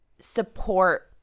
support